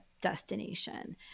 destination